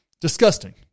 Disgusting